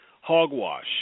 Hogwash